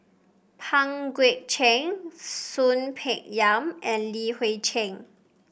Pang Guek Cheng Soon Peng Yam and Li Hui Cheng